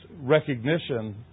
recognition